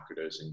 microdosing